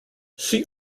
see